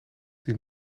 die